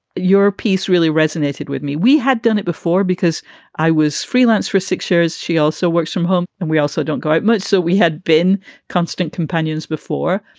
your piece really resonated with me. we had done it before because i was freelance for six years. she also worked from home and we also don't go out much. so we had been constant companions before.